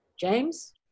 James